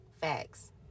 Facts